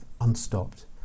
unstopped